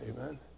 Amen